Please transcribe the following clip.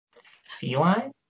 Feline